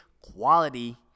quality